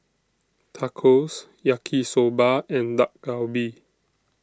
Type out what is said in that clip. Tacos Yaki Soba and Dak Galbi